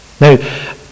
Now